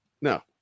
No